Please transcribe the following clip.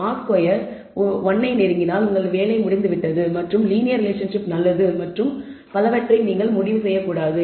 R square 1 ஐ நெருங்கினால் உங்கள் வேலை முடிந்துவிட்டது மற்றும் லீனியர் ரிலேஷன்ஷிப் நல்லது மற்றும் பலவற்றை நீங்கள் முடிவு செய்யக்கூடாது